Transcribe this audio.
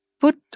Put